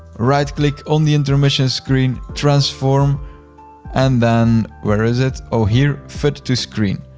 right click on the intermission screen. transform and then where is it? oh, here. fit to screen.